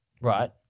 right